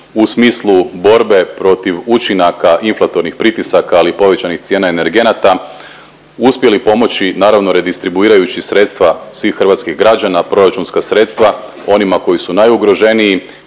u smislu borbe protiv učinaka inflatornih pritisaka, ali povećanih cijena energenata uspjeli pomoći naravno redistribuirajući sredstva svih hrvatskih građana, proračunska sredstva onima koji su najugroženiji